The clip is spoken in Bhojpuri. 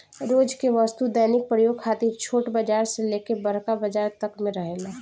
रोज के वस्तु दैनिक प्रयोग खातिर छोट बाजार से लेके बड़का बाजार तक में रहेला